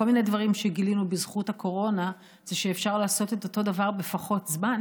מהדברים שגילנו בזכות הקורונה זה שאפשר לעשות את אותו דבר בפחות זמן.